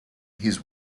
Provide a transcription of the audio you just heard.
his